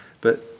but-